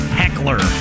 heckler